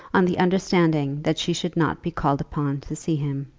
on the understanding that she should not be called upon to see him.